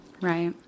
Right